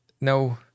No